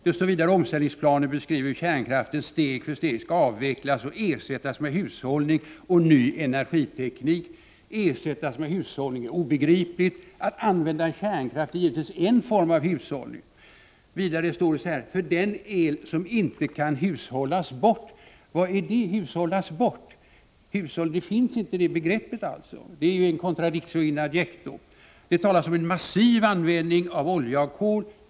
Där står vidare: ”Omställningsplanen beskriver hur kärnkraften steg för steg skall avvecklas och ersättas med hushållning och ny energiteknik.” Ersättas med hushållning är obegripligt. Att använda kärnkraft är givetvis en form av hushållning! Vidare står det: ”-—— elbehov som inte kan ”hushållas” bort.” Vad är det? ”Hushållas bort”? Något sådant begrepp finns inte! Det är contradictio in adjecto. Det talas om ”-—— en massiv användning av olja och kol”.